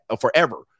forever